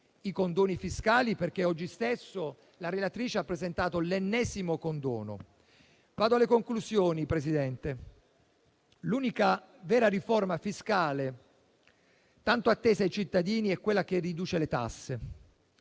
i condoni fiscali, perché oggi stesso la relatrice ha presentato l'ennesimo condono. Vado alle conclusioni, signor Presidente. L'unica vera riforma fiscale, tanto attesa dai cittadini, è quella che riduce le tasse.